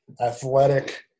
athletic